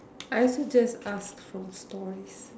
I also just ask from stories